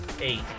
Eight